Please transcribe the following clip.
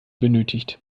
benötigt